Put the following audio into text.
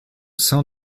sein